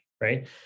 Right